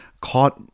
caught